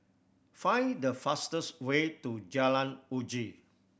find the fastest way to Jalan Uji